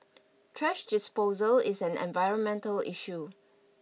thrash disposal is an environmental issue